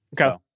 Okay